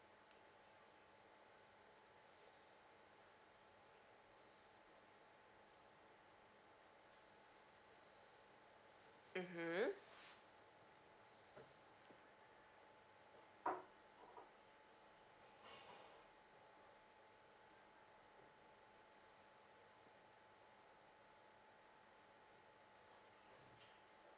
mmhmm